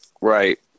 Right